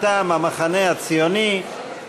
מטעם המחנה הציוני,